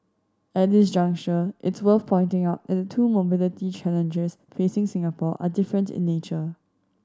at this juncture it's worth pointing out that the two mobility challenges facing Singapore are different in nature